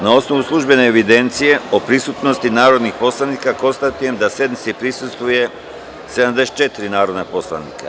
Na osnovu službene evidencije o prisutnosti narodnih poslanika, konstatujem da sednici prisustvuje 86 narodnih poslanika.